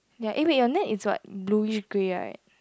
ya eh wait your neck is what bluish grey right